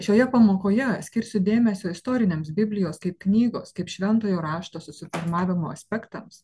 šioje pamokoje skirsiu dėmesio istoriniams biblijos kaip knygos kaip šventojo rašto susiformavimo aspektams